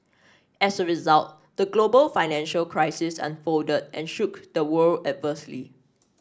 as a result the global financial crisis unfolded and shook the world adversely